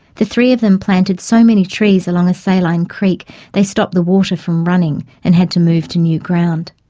the three of them planted so many trees along a saline creek they stopped the water from running and had to move to new ground.